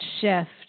shift